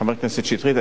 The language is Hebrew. חבר הכנסת שטרית,